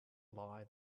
lie